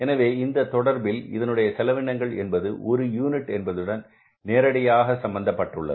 எனவே இந்த தொடர்பில் இதனுடைய செலவினங்கள் என்பது ஒரு யூனிட் என்பதுடன் நேரடியாக சம்பந்தப்பட்டுள்ளது